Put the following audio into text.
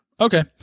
Okay